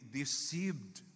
deceived